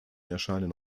erscheinen